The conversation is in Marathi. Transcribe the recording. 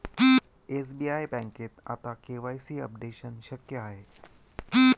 एस.बी.आई बँकेत आता के.वाय.सी अपडेशन शक्य आहे